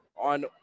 on